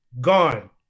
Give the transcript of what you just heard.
Gone